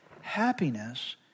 Happiness